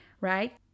right